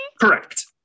Correct